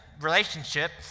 relationship